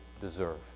deserve